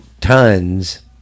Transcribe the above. tons